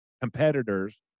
competitors